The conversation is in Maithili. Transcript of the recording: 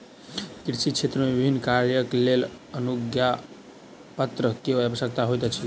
कृषि क्षेत्र मे विभिन्न कार्यक लेल अनुज्ञापत्र के आवश्यकता होइत अछि